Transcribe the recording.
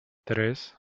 tres